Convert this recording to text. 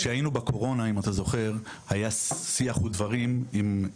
כשהיינו בתקופת הקורונה היה שיח ודברים איתך,